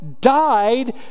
died